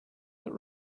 that